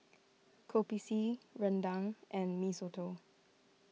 Kopi C Rendang and Mee Soto